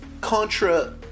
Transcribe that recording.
contra